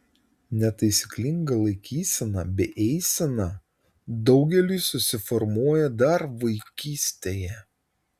netaisyklinga laikysena bei eisena daugeliui susiformuoja dar vaikystėje